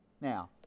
Now